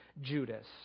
Judas